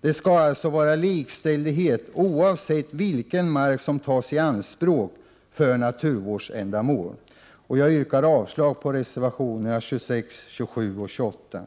Det skall alltså vara likställighet, oavsett vilken mark som tas i anspråk för naturvårdsändamål. Jag yrkar avslag på reservationerna 26, 27 och 28.